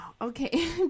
Okay